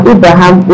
Abraham